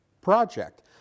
project